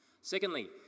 Secondly